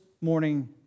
morning